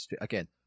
again